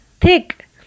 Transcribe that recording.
thick